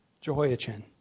Jehoiachin